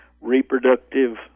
reproductive